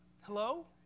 Hello